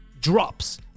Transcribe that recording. drops